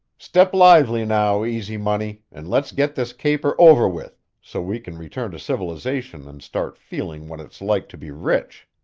step lively now, easy money, and let's get this caper over with so we can return to civilization and start feeling what it's like to be rich.